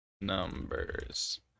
numbers